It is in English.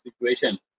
situation